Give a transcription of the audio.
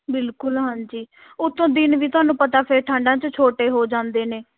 ਬਿਲਕੁਲ ਹਾਂਜੀ ਉੱਤੋਂ ਦਿਨ ਵੀ ਤੁਹਾਨੂੰ ਪਤਾ ਫਿਰ ਠੰਡਾਂ 'ਚ ਛੋਟੇ ਹੋ ਜਾਂਦੇ ਨੇ